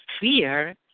fear